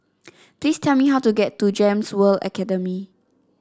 please tell me how to get to Gems World Academy